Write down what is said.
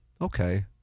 Okay